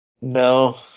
No